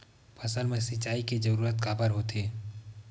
फसल मा सिंचाई के जरूरत काबर होथे?